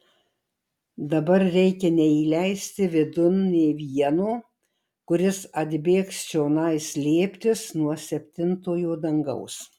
dabar reikia neįleisti vidun nė vieno kuris atbėgs čionai slėptis nuo septintojo dangaus